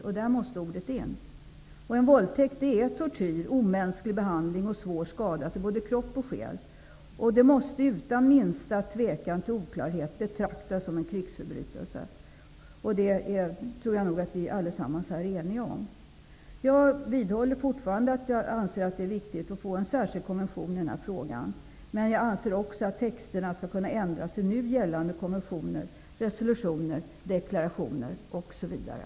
Ordet ''våldtäkt'' måste in. En våldtäkt innebär tortyr, omänsklig behandling och svår skada till både kropp och själ. Det måste utan minsta tvekan betraktas som en krigsförbrytelse. Det tror jag nog att vi alla här är eniga om. Jag vidhåller att jag anser att det är viktigt med en särskild konvention i den här frågan. Jag anser också att texterna skall kunna ändras i nu gällande konventioner, resolutioner, deklarationer osv.